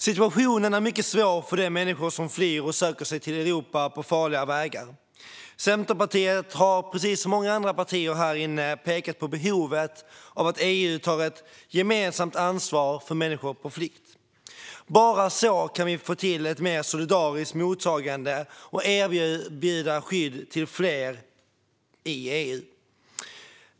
Situationen är mycket svår för de människor som flyr och söker sig till Europa på farliga vägar. Centerpartiet har, precis som många andra partier här, pekat på behovet av att EU tar ett gemensamt ansvar för människor på flykt. Bara på det sättet kan vi få till ett mer solidariskt mottagande och erbjuda skydd till fler i EU.